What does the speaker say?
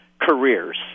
careers